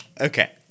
okay